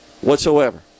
whatsoever